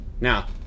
Now